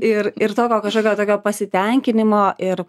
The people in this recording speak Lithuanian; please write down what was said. ir ir tokio šiokio tokio pasitenkinimo ir